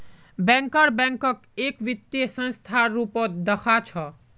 banker बैंकक एक वित्तीय संस्थार रूपत देखअ छ